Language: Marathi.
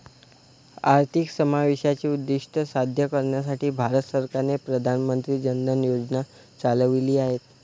आर्थिक समावेशाचे उद्दीष्ट साध्य करण्यासाठी भारत सरकारने प्रधान मंत्री जन धन योजना चालविली आहेत